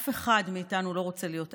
אף אחד מאיתנו לא רוצה להיות עני.